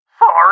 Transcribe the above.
Sorry